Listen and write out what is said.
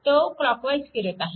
तो क्लॉकवाईज फिरत आहे